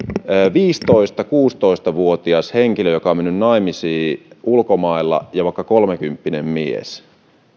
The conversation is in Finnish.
viisitoista viiva kuusitoista vuotias henkilö joka on mennyt naimisiin ulkomailla ja vaikka kolmekymppinen mies